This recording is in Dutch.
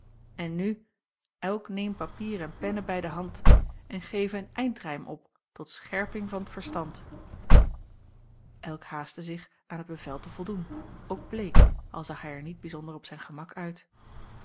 en nu elk neem papier en pennen bij de hand en geve een eindrijm op tot scherping van t verstand elk haastte zich aan het bevel te voldoen ook bleek al zag hij er niet bijzonder op zijn gemak uit